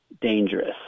dangerous